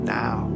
now